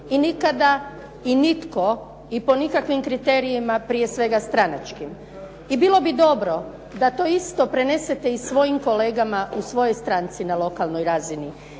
i nikada i nitko i po nikakvim kriterijima, prije svega stranačkim. I bilo dobro da to isto prenesete i svojim kolegama u svojoj stranci na lokalnoj razini